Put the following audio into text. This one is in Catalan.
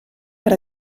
per